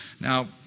Now